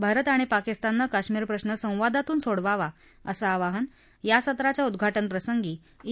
भारत आणि पाकिस्ताननं कश्मीर प्रश्न संवादातून सोडवावा असं आवाहन या सत्राच्या उद्वाटनप्रसंगी ई